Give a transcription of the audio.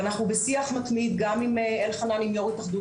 ואנחנו בשיח מתמיד גם עם אלחנן יו"ר התאחדות